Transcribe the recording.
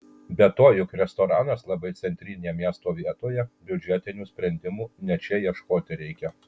be to juk restoranas labai centrinėje miesto vietoje biudžetinių sprendimų ne čia ieškoti reikia